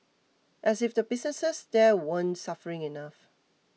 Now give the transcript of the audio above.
as if the businesses there weren't suffering enough